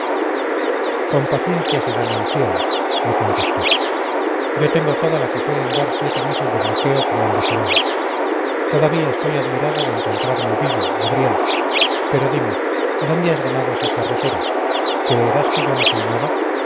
con paciencia se gana el cielo me contestó yo tengo toda la que pueden dar siete meses de bloqueo como el de gerona todavía estoy admirado de encontrarme vivo gabriel pero dime dónde has ganado esa charretera creerás que yo no soy nada